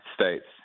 States